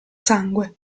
sangue